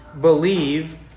believe